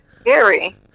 scary